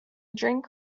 drink